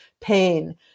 pain